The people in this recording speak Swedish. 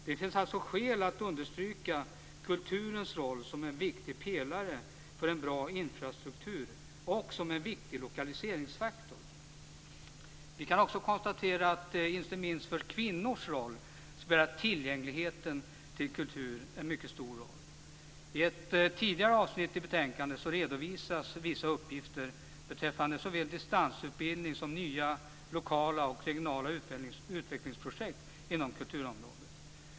Det finns alltså skäl att understryka kulturens roll som en viktig pelare för en bra infrastruktur och som en viktig lokaliseringsfaktor. Vi kan också konstatera att inte minst för kvinnor spelar tillgängligheten till kultur en mycket stor roll. I ett tidigare avsnitt i betänkandet redovisas vissa uppgifter beträffande såväl distansutbildning som nya lokala och regionala utvecklingsprojekt inom kulturområdet.